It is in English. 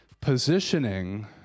Positioning